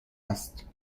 است